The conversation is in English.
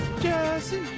Jesse